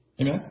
Amen